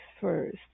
first